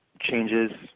changes